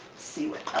see what